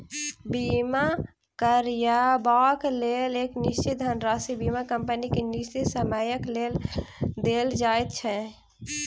बीमा करयबाक लेल एक निश्चित धनराशि बीमा कम्पनी के निश्चित समयक लेल देल जाइत छै